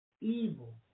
Evil